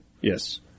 yes